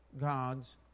God's